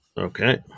Okay